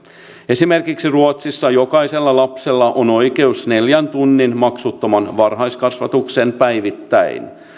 esimerkiksi ruotsissa jokaisella lapsella on oikeus neljän tunnin maksuttomaan varhaiskasvatukseen päivittäin